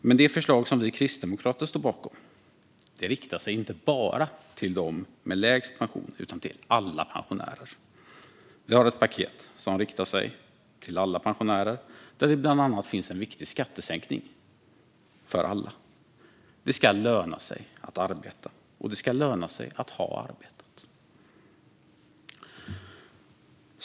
Men det förslag som vi kristdemokrater står bakom riktar sig inte bara till dem med lägst pension, utan till alla pensionärer. Vi har ett paket som riktar sig till alla pensionärer, där det bland annat finns en viktig skattesänkning för alla. Det ska löna sig att arbeta, och det ska löna sig att ha arbetat.